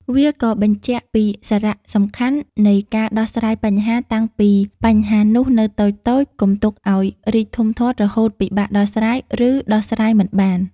វាក៏បញ្ជាក់ពីសារៈសំខាន់នៃការដោះស្រាយបញ្ហា តាំងពីបញ្ហានោះនៅតូចៗ កុំទុកឱ្យរីកធំធាត់រហូតពិបាកដោះស្រាយ ឬដោះស្រាយមិនបាន។